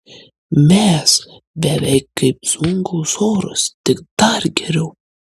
mes beveik kaip zvonkaus choras tik dar geriau